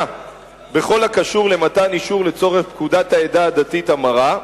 בכל הקשור למתן אישור לצורך פקודת העדה הדתית (המרה),